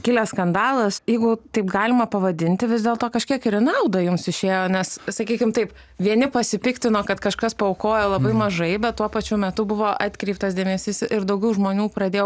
kilęs skandalas jeigu taip galima pavadinti vis dėlto kažkiek ir į naudą jums išėjo nes sakykim taip vieni pasipiktino kad kažkas paaukojo labai mažai bet tuo pačiu metu buvo atkreiptas dėmesys ir daugiau žmonių pradėjo